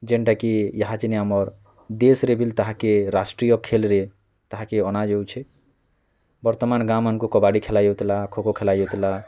ଯେନ୍ଟା କି ଈହା ଚିନି ଆମର୍ ଦେଶ୍ରେ ବିଲ୍ ତାହାକେ ରାଷ୍ଟ୍ରୀୟ ଖେଲ୍ରେ ତାହାକେ ଅନାଯାଉଛେ ବର୍ତ୍ତମାନ୍ ଗାଁମାନ୍କୁ କବାଡ଼ି ଖେଲା ଯାଉଥିଲା ଖୋ ଖୋ ଖେଲା ଯାଉଥିଲା